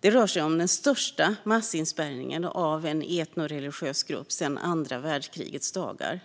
Det rör sig om den största massinspärrningen av en etnoreligiös grupp sedan andra världskrigets dagar.